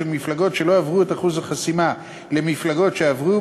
מפלגות שלא עברו את אחוז החסימה למפלגות שעברו.